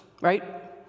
right